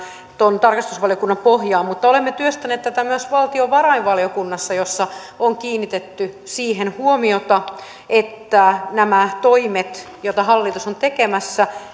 tuohon tarkastusvaliokunnan pohjaan olemme työstäneet tätä myös valtiovarainvaliokunnassa jossa on kiinnitetty huomiota siihen että nämä toimet joita hallitus on tekemässä